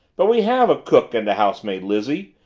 but we have a cook and a housemaid, lizzie!